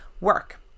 work